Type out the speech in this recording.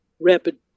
rapid